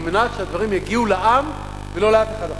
על מנת שהדברים יגיעו לעם ולא לאף אחד אחר.